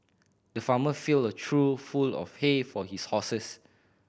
the farmer filled a trough full of hay for his horses